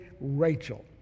Rachel